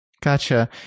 Gotcha